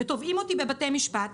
ותובעים אותנו בבית משפט.